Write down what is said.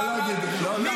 לא לא לא, אני לא מוכן.